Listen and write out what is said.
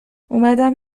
اومدم